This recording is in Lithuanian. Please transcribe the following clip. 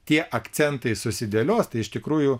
tie akcentai susidėlios tai iš tikrųjų